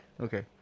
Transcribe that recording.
Okay